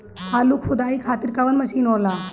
आलू खुदाई खातिर कवन मशीन होला?